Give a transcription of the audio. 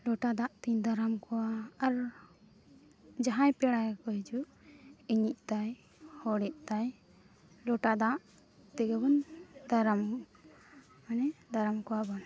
ᱞᱚᱴᱟ ᱫᱟᱜᱛᱮᱧ ᱫᱟᱨᱟᱢ ᱠᱚᱣᱟ ᱟᱨ ᱡᱟᱦᱟᱸᱭ ᱯᱮᱲᱟ ᱜᱮᱠᱚ ᱦᱤᱡᱩᱜ ᱤᱧᱤᱡ ᱛᱟᱭ ᱦᱚᱲᱤᱡ ᱛᱟᱭ ᱞᱚᱴᱟ ᱫᱟᱜ ᱛᱮᱜᱮ ᱵᱚᱱ ᱫᱟᱨᱟᱢ ᱢᱟᱱᱮ ᱫᱟᱨᱟᱢ ᱠᱚᱣᱟ ᱵᱚᱱ